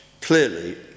clearly